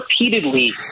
repeatedly